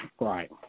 right